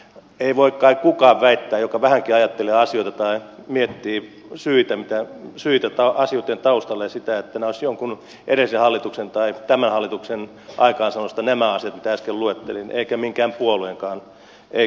ei voi kai kukaan väittää joka vähänkin ajattelee asioita tai miettii syitä asioitten taustalla että olisivat jonkun edellisen hallituksen tai tämän hallituksen aikaansaannosta nämä asiat mitä äsken luettelin eikä minkään puolueenkaan ei kokoomuksenkaan